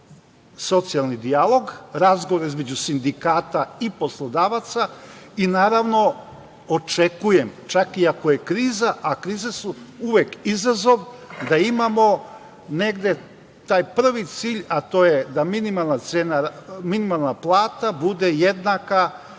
socijalni dijalog, razgovore između sindikata i poslodavaca i naravno očekujem, čak i ako je kriza, a krize su uvek izazov, da imamo negde taj prvi cilj, a to je da minimalna plata bude jednaka